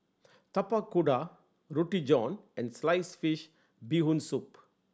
Tapak Kuda Roti John and sliced fish Bee Hoon Soup